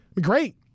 great